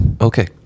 Okay